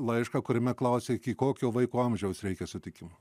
laišką kuriame klausė kokio vaiko amžiaus reikia sutikimo